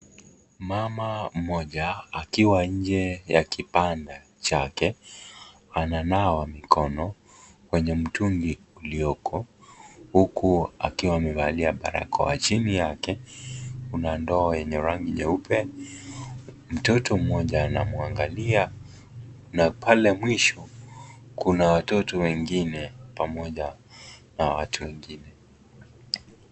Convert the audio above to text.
Mama mmoja akiwa nje ya kibanda chake ananawa mikono kwenye mtungi ulioko huku akiwa amevalia barakoa . Chini yake kuna ndoo yenye rangi nyeupe , mtoto mmoja anamwangalia na pale mwisho kuna watoto wengine pamoja na watu wengine.